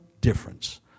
difference